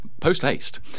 post-haste